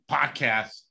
Podcast